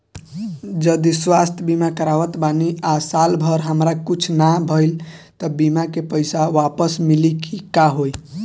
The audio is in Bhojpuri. जदि स्वास्थ्य बीमा करावत बानी आ साल भर हमरा कुछ ना भइल त बीमा के पईसा वापस मिली की का होई?